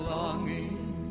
longing